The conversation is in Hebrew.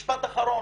משפט אחרון,